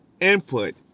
input